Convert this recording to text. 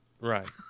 right